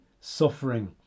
suffering